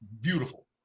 beautiful